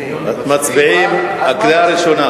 מצביעים בקריאה ראשונה